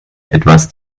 etwas